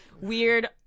weird